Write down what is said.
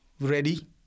ready